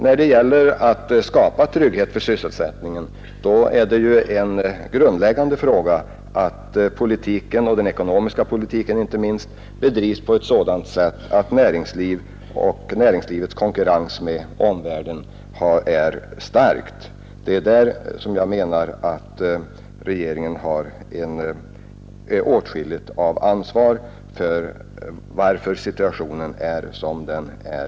När det gäller att skapa trygghet för sysselsättningen är ett grundläggande villkor att politiken, inte minst den ekonomiska politiken, bedrivs så att vi får ett starkt näringsliv som kan konkurrera med omvärlden. Det är där jag menar att regeringen får ta på sig åtskilligt av ansvaret för att situationen i dag är som den är.